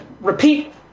repeat